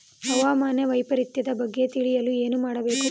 ಹವಾಮಾನ ವೈಪರಿತ್ಯದ ಬಗ್ಗೆ ತಿಳಿಯಲು ಏನು ಮಾಡಬೇಕು?